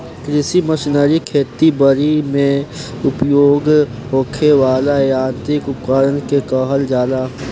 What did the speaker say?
कृषि मशीनरी खेती बरी में उपयोग होखे वाला यांत्रिक उपकरण के कहल जाला